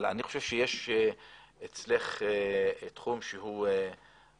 אני חושב שיש אצלך תחום שהוא הרט"ג,